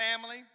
family